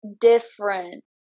different